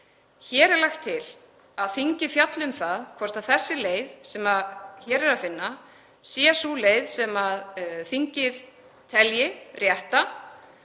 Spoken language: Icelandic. Hér er lagt til að þingið fjalli um það hvort þessi leið sem hér er að finna sé sú leið sem þingið telji rétta,